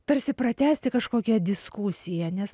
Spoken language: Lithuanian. tarsi pratęsti kažkokią diskusiją nes